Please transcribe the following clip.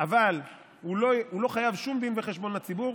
אבל לא חייב שום דין וחשבון לציבור